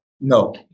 No